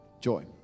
Joy